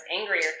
angrier